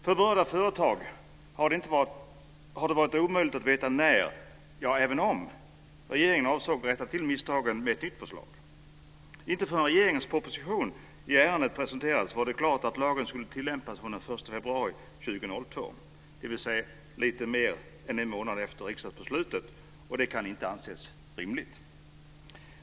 Det har för berörda företag varit omöjligt att veta när - ja, även om - regeringen avsåg att rätta till misstagen med ett nytt förslag. Inte förrän regeringens proposition i ärendet presenterades blev det klart att lagen skulle tillämpas fr.o.m. den 1 februari 2002, dvs. lite mer än en månad efter riksdagsbeslutet, och det kan inte anses rimligt.